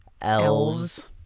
elves